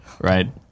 Right